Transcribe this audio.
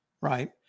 right